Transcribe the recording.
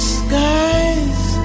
skies